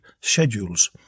schedules